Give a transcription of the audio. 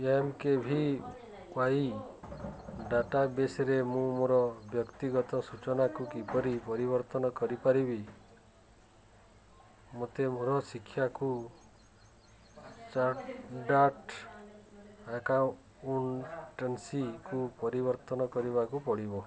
P M K V Y ଡାଟାବେସ୍ରେ ମୁଁ ମୋର ବ୍ୟକ୍ତିଗତ ସୂଚନାକୁ କିପରି ପରିବର୍ତ୍ତନ କରିପାରିବି ମୋତେ ମୋର ଶିକ୍ଷାକୁ ଚାଡ଼ାର୍ଟ ଆକାଉଣ୍ଟାନ୍ସିକୁ ପରିବର୍ତ୍ତନ କରିବାକୁ ପଡ଼ିବ